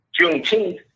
Juneteenth